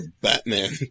Batman